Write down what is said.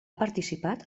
participat